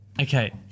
Okay